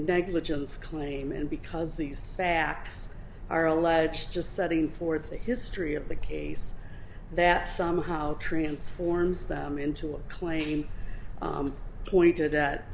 negligence claim and because these facts are alleged just studying for the history of the case that somehow transforms them into a claim pointed at